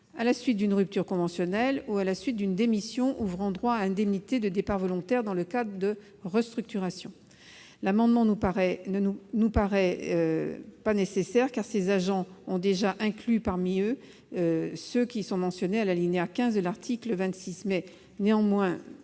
à la suite d'une rupture conventionnelle ou d'une démission ouvrant droit à indemnité de départ volontaire dans le cadre d'une restructuration. Une telle disposition ne nous paraît pas nécessaire, car ces agents sont déjà inclus parmi ceux qui sont mentionnés à l'alinéa 15 de l'article 26. Néanmoins,